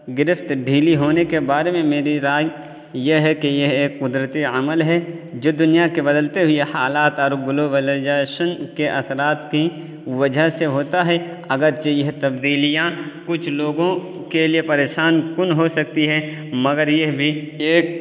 گرفت ڈھیلی ہونے کے بارے میں میری رائے یہ ہے کہ یہ ایک قدرتی عمل ہے جو دنیا کے بدلتے ہوئے حالات اور گلوبلائیزائشن کے اثرات کی وجہ سے ہوتا ہے اگر چہ یہ تبدیلیاں کچھ لوگوں کے لیے پریشان کن ہو سکتی ہیں مگر یہ بھی ایک